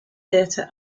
theater